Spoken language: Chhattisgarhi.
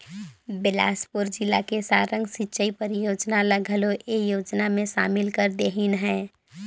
बेलासपुर जिला के सारंग सिंचई परियोजना ल घलो ए योजना मे सामिल कर देहिनह है